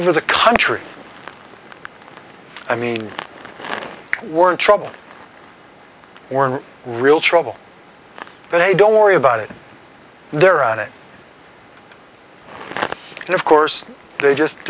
over the country i mean we're in trouble we're in real trouble but i don't worry about it there and it and of course they just